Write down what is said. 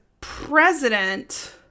president